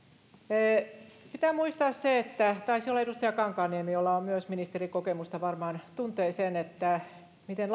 pitää muistaa se taisi olla edustaja kankaanniemi jolla on myös ministerikokemusta ja joka varmaan tuntee sen miten